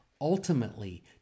ultimately